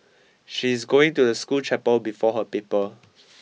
she's going to the school chapel before her paper